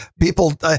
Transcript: people